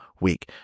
week